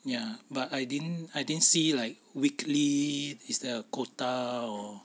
ya but I didn't I didn't see like weekly is the quota or